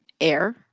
air